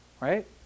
right